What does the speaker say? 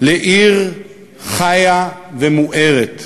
לעיר חיה ומוארת.